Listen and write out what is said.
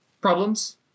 problems